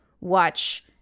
watch